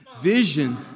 Vision